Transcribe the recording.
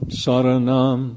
saranam